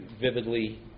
vividly